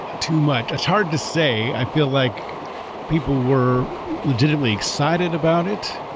too much. it's hard to say. i feel like people were legitimately excited about it.